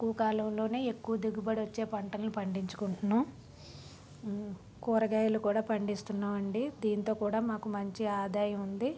తక్కువ కాలంలోనే ఎక్కువ దిగుబడొచ్చే పంటలను పండించుకుంటున్నాం కూరగాయలు కూడా పండిస్తున్నాం అండి దీంతో కూడా మాకు మంచి ఆదాయం ఉంది